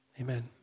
amen